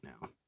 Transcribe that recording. now